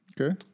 Okay